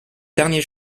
derniers